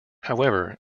however